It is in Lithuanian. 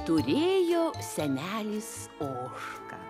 turėjo senelis ožką